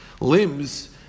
limbs